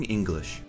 English